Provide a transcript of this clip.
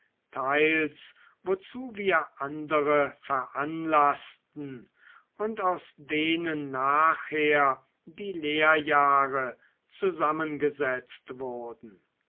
teils wozu wir andere veranlaßten und aus denen nachher die lehrjahre zusammengesetzt wurden